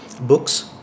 books